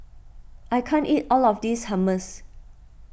I can't eat all of this Hummus